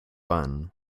bun